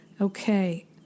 Okay